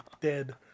dead